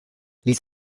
ließ